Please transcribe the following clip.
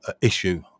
issue